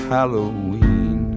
Halloween